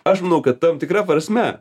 aš manau kad tam tikra prasme